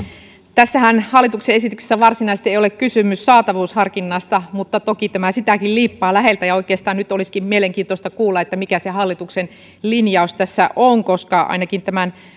tässä hallituksen esityksessähän varsinaisesti ei ole kysymys saatavuusharkinnasta mutta toki tämä sitäkin liippaa läheltä ja oikeastaan nyt olisikin mielenkiintoista kuulla mikä se hallituksen linjaus tässä on koska ainakin tämän